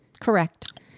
Correct